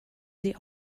sie